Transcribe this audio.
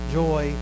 joy